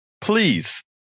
please